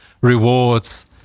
rewards